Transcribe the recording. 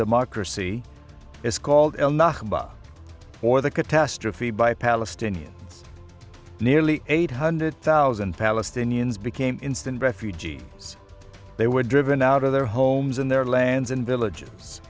democracy is called for the catastrophe by palestinians nearly eight hundred thousand palestinians became instant refugees they were driven out of their homes and their lands and villages